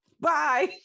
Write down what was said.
Bye